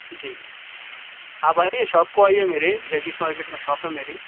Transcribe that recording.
جی آپ آئیے شاپ کو آئیے میرے جگدیش مارکیٹ میں شاپ ہے میری